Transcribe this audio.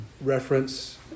reference